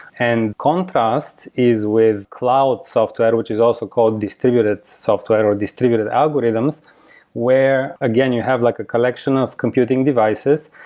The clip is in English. and contrast is with cloud software, which is also called distributed software or distributed algorithms where, again, you have like a collection of computing devices,